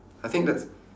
I think that's